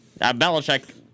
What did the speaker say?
Belichick